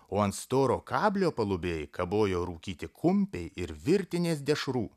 o ant storo kablio palubėj kabojo rūkyti kumpiai ir virtinės dešrų